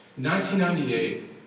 1998